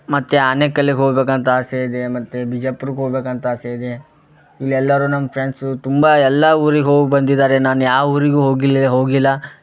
ಮತ್ತು ಆನೆಕಲ್ಲಿಗೆ ಹೋಗ್ಬೇಕಂತ ಆಸೆ ಇದೆ ಮತ್ತು ಬಿಜಾಪುರ್ಗ್ ಹೋಗ್ಬೇಕಂತ ಆಸೆ ಇದೆ ಇಲ್ಲಿ ಎಲ್ಲರೂ ನಮ್ಮ ಫ್ರೆಂಡ್ಸು ತುಂಬ ಎಲ್ಲ ಊರಿಗೆ ಹೋಗಿ ಬಂದಿದ್ದಾರೆ ನಾನು ಯಾವ ಊರಿಗೂ ಹೋಗಿಲ್ಲ ಹೋಗಿಲ್ಲ